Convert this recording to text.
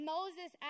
Moses